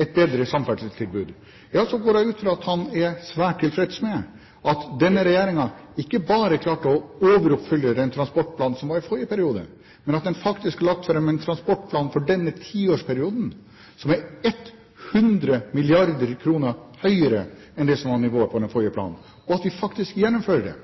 et bedre samferdselstilbud, går jeg ut fra at han er svært tilfreds med at denne regjeringen ikke bare klarte å overoppfylle den transportplanen som var i forrige periode, men at den faktisk har lagt fram en transportplan for denne tiårsperioden med et nivå som er 100 mrd. kr høyere enn det som var nivået på den forrige planen, og at vi faktisk gjennomfører det.